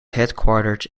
headquartered